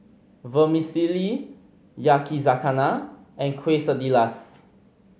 Vermicelli Yakizakana and Quesadillas